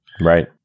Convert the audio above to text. Right